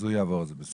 אז הוא יעבור, זה בסדר.